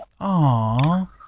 Aww